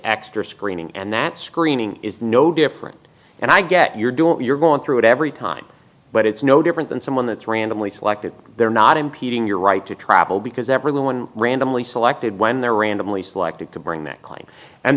extra screening and that screening is no different and i get you're doing you're going through it every time but it's no different than someone that's randomly selected they're not impeding your right to travel because everyone randomly selected when they're randomly selected to bring that claim and